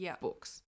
books